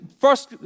First